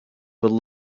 would